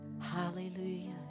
Hallelujah